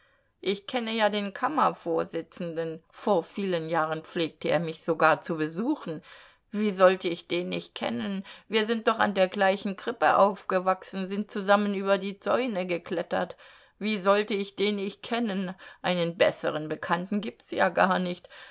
ich kenne ja den kammervorsitzenden vor vielen jahren pflegte er mich sogar zu besuchen wie sollte ich den nicht kennen wir sind doch an der gleichen krippe aufgewachsen sind zusammen über die zäune geklettert wie sollte ich den nicht kennen einen besseren bekannten gibt's ja gar nicht